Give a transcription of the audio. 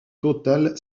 total